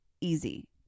easy